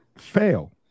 fail